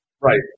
Right